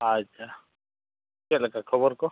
ᱟᱪᱪᱷᱟ ᱪᱮᱫ ᱞᱮᱠᱟ ᱠᱷᱚᱵᱚᱨ ᱠᱚ